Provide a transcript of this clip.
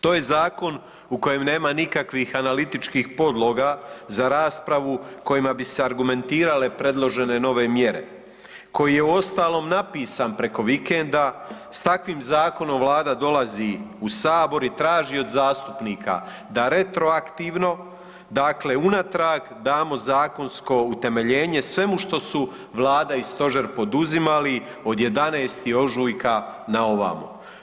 To je zakon u kom nema nikakvih analitičkih podloga za raspravu kojima bi se argumentirale predložene mjere, koji je uostalom napisan preko vikenda s takvim zakonom Vlada dolazi u Sabor i tražio od zastupnika da retroaktivno, dakle unatrag damo zakonsko utemeljenje svemu što su Vlada i stožer poduzimali od 11. ožujka na ovamo.